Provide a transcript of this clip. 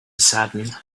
saddened